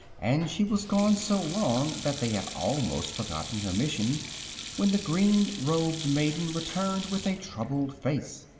and she was gone so long that they had almost forgotten her mission when the green robed maiden returned with a troubled face.